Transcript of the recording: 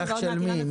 השיח של מי?